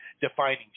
defining